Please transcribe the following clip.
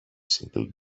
single